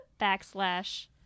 backslash